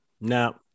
now